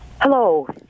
Hello